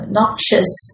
noxious